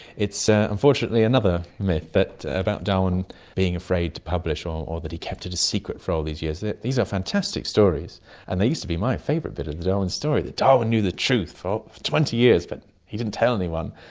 it's ah unfortunately another myth about darwin being afraid to publish or or that he kept it a secret for all these years. these are fantastic stories and they used to be my favourite bit of the darwin story, that darwin knew the truth for twenty years but he didn't tell anyone.